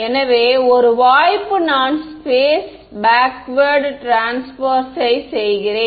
எனவே ஒரு வாய்ப்பு நான் ஸ்பெஸ்ல் பேக்வேர்டு டிஃபரென்ஸ் சை செய்கிறேன்